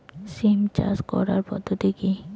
সিম চাষ করার পদ্ধতি কী?